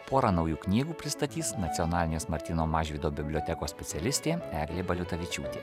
porą naujų knygų pristatys nacionalinės martyno mažvydo bibliotekos specialistė eglė baliutavičiūtė